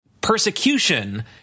persecution